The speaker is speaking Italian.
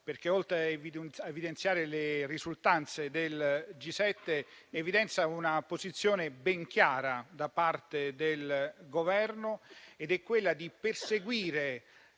perché, oltre a evidenziare le risultanze del G7, sottolinea una posizione ben chiara da parte del Governo: quella di perseguire